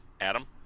Adam